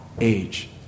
age